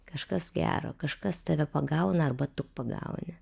kažkas gero kažkas tave pagauna arba tu pagauni